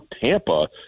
Tampa